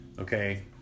Okay